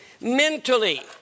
Mentally